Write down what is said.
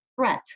threat